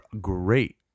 great